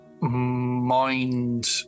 mind